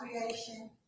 creation